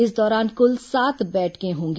इस दौरान कुल सात बैठकें होंगी